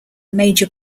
major